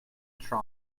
try